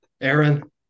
Aaron